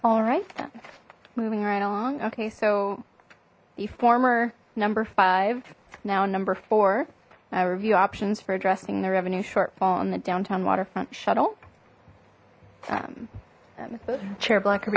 all right moving right along okay so the former number five now number four review options for addressing the revenue shortfall in the downtown waterfront shuttle chair black